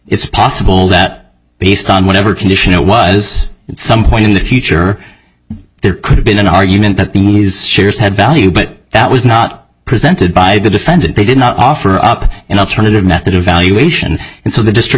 it's possible that based on whatever condition it was at some point in the future there could have been an argument that these shares had value but that was not presented by the defendant they did not offer up an alternative method evaluation and so the district